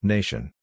Nation